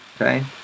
Okay